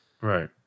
right